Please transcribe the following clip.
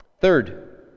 Third